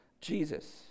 Jesus